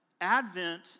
Advent